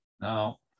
Now